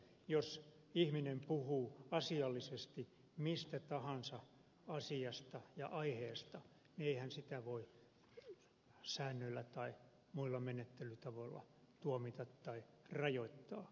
jos ihminen puhuu asiallisesti mistä tahansa asiasta ja aiheesta niin eihän sitä voi säännöillä tai muilla menettelytavoilla tuomita tai rajoittaa